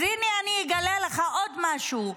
אז הינה, אני אגלה לך עוד משהו: